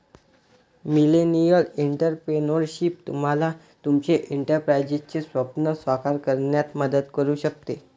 millennial entrepreneurship तुम्हाला तुमचे एंटरप्राइझचे स्वप्न साकार करण्यात मदत करू शकते